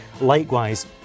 likewise